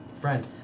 friend